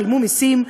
שילמו מסים,